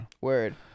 Word